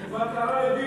זה כבר קרה לביבי,